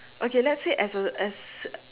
okay let's say as a as